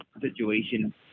situation